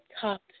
top